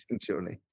journey